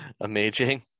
amazing